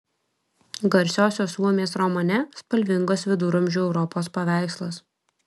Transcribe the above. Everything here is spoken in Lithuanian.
garsiosios suomės romane spalvingas viduramžių europos paveikslas